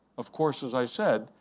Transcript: of course, as i said,